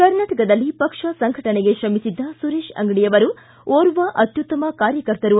ಕರ್ನಾಟಕದಲ್ಲಿ ಪಕ್ಷ ಸಂಘಟನೆಗೆ ಶ್ರಮಿಸಿದ್ದ ಸುರೇಶ್ ಅಂಗಡಿ ಅವರು ಓರ್ವ ಅತ್ಯುತ್ತಮ ಕಾರ್ಯಕರ್ತರು